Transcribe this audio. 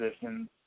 positions